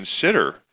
consider